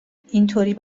اینطوری